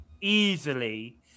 easily